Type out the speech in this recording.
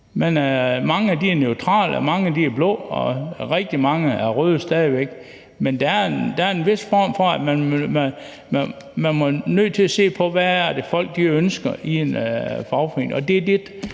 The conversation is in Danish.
Mange er neutrale, mange er blå, og rigtig mange er røde stadig væk. Men man er nødt til at se på, hvad det er, folk ønsker i en fagforening. Det er det,